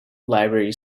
library